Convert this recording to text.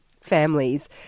families